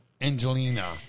Angelina